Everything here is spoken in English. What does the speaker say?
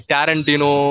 Tarantino